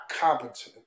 competent